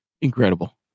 Incredible